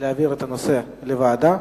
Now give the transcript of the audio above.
להעביר את הנושא לוועדה,